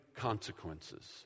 consequences